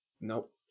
Nope